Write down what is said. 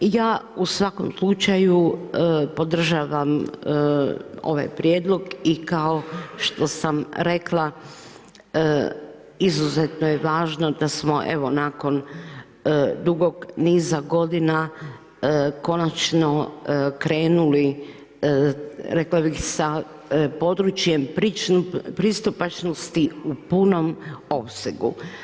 Ja u svakom slučaju podržavam ovaj prijedlog i kao što sam rekla, izuzetno je važno da smo evo nakon dugog niza godina konačno krenuli rekla bih sa područjem pristupačnosti u punom opsegu.